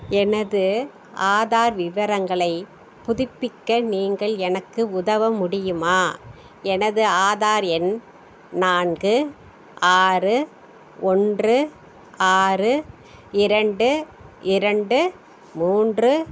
எனது ஆதார் விவரங்களைப் புதுப்பிக்க நீங்கள் எனக்கு உதவ முடியுமா எனது ஆதார் எண் நான்கு ஆறு ஒன்று ஆறு இரண்டு இரண்டு மூன்று